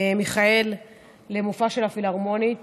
מיכאל לקונצרט של הפילהרמונית.